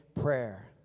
prayer